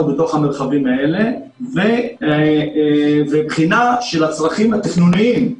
בתוך המרחבים האלה ובחינה של הצרכים התכנוניים,